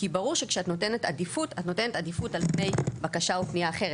כי ברור שכשאת נותנת עדיפות את נותנת עדיפות על פני בקשה או פנייה אחרת.